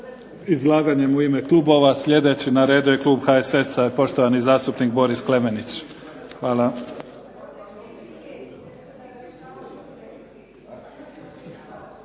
izlaganjem u ime klubova. Sljedeći na redu je klub HSS-a, poštovani zastupnik Boris Klemenić. Hvala.